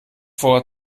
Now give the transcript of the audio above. vor